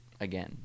again